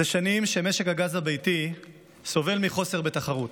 זה שנים שמשק הגז הביתי סובל מחוסר בתחרות.